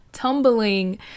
tumbling